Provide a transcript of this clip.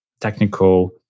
technical